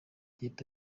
leta